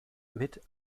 mit